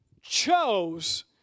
chose